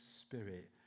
spirit